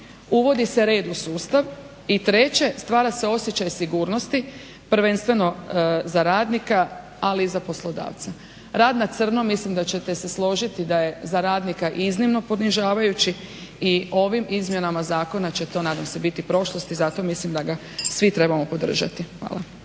uvodi se red u sustav i treće stvara se osjećaj sigurnosti, prvenstveno za radnika ali i za poslodavca. Rad na crno mislim da ćete se složiti da je za radnika iznimno ponižavajući i ovim izmjenama zakona će to nadam se biti prošlost i zato mislim da ga svi trebamo podržati. Hvala.